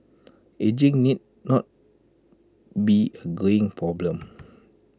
ageing need not be A greying problem